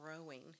growing